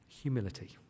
Humility